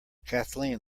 kathleen